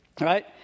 right